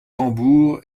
tambour